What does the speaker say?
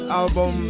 album